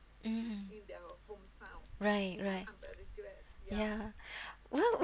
mm right right ya well